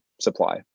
supply